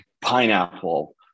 pineapple